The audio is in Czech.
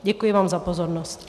Děkuji vám za pozornost.